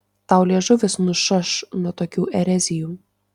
tau liežuvis nušaš nuo tokių erezijų